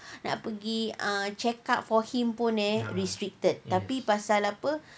nak pergi ah check up for him pun eh restricted tapi pasal apa